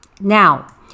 Now